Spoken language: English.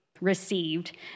received